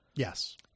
Yes